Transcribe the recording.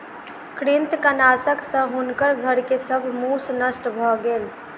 कृंतकनाशक सॅ हुनकर घर के सब मूस नष्ट भ गेल